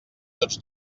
tots